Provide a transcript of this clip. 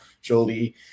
jolie